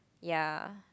ya